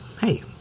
hey